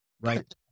right